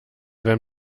wenn